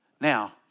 Now